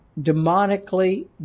demonically